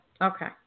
Okay